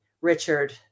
Richard